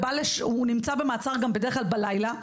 ונמצא במעצר גם בלילה,